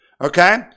okay